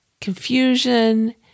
confusion